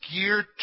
geared